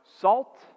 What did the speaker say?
Salt